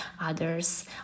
others